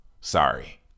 Sorry